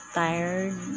tired